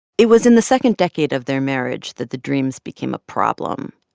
it was in the second decade of their marriage that the dreams became a problem.